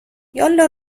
یالا